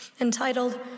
entitled